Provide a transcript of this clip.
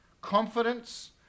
confidence